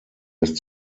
lässt